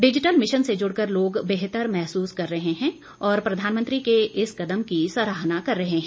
digital mission से जुड़कर लोग बेहतर महसूस कर रहे हैं और प्रधानमंत्री के इस कदम की सराहना कर रहे हैं